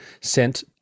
sent